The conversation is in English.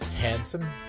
Handsome